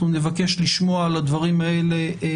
נבקש לשמוע היום הבהרות על הדברים האלה.